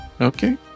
Okay